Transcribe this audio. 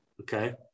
okay